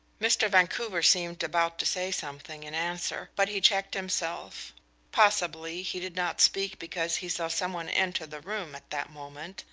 mr. vancouver seemed about to say something in answer, but he checked himself possibly he did not speak because he saw some one enter the room at that moment,